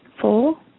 Four